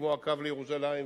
כמו הקו לירושלים,